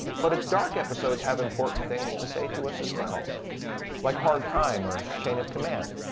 but its dark episodes have important things to say to us, as well like hard time, or chain of command,